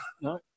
No